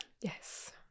yes